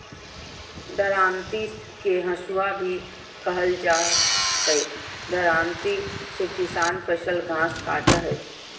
दरांती के हसुआ भी कहल जा हई, दरांती से किसान फसल, घास काटय हई